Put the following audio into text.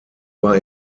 war